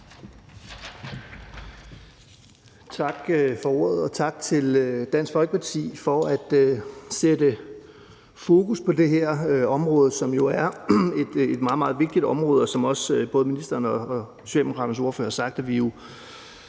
Tak for ordet. Og tak til Dansk Folkeparti for at sætte fokus på det her område, som jo er et meget, meget vigtigt område. Som også både ministeren og Socialdemokraternes ordfører har sagt, er vi jo